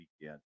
weekend